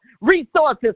Resources